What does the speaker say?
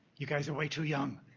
you guys are way too young.